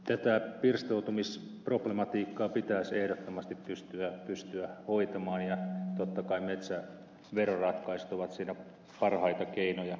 tätä pirstoutumisproblematiikkaa pitäisi ehdottomasti pystyä hoitamaan ja totta kai metsäveroratkaisut ovat siinä parhaita keinoja